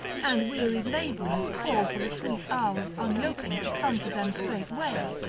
and wearied labourers call for the sweet hour of unyoking to come to them straightway,